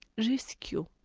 rescue.